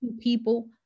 people